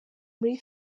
muri